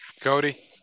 Cody